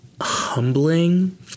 humbling